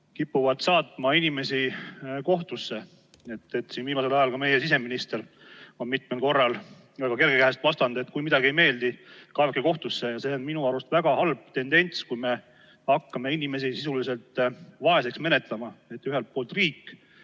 kipuvad saatma inimesi kohtusse. Viimasel ajal on ka meie siseminister mitmel korral väga kergekäeliselt vastanud, et kui midagi ei meeldi, kaevake kohtusse. See on minu arust väga halb tendents, kui me hakkame inimesi sisuliselt nn vaeseks menetlema. Ühel pool on riik,